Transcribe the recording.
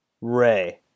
ray